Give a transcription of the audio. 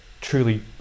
truly